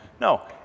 No